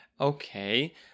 Okay